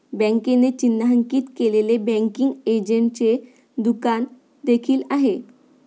बँकेने चिन्हांकित केलेले बँकिंग एजंटचे दुकान देखील आहे